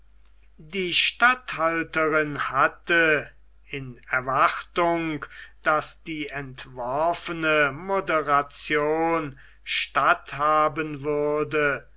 die statthalterin hatte in erwartung daß die entworfene moderation statt haben würde